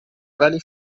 ولی